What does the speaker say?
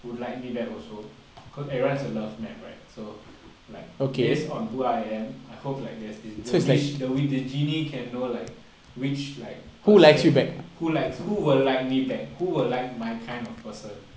would like me back also could everyone's a love map right so like based on who I am I hope like there's this the wish the the genie can know like which like person who likes who will like me back who will like my kind of person